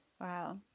Wow